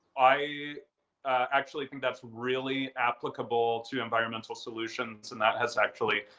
i actually think that's really applicable to environmental solutions. and that has actually,